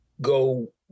go